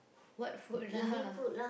what food lah